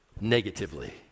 negatively